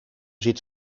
zit